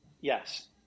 Yes